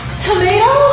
tomato?